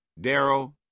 Daryl